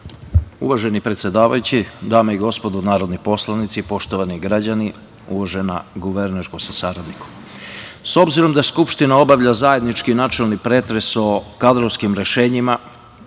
Uvaženi predsedavajući, dame i gospodo narodni poslanici, poštovani građani, uvažena guvernerko sa saradnikom, s obzirom da Skupština obavlja zajednički načelni pretres o kadrovskim rešenjima,